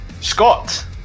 Scott